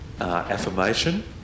affirmation